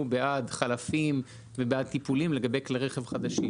בעד חלפים ובעד טיפולים לגבי כלי רכב חדשים.